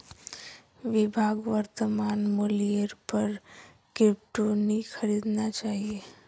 विभाक वर्तमान मूल्येर पर क्रिप्टो नी खरीदना चाहिए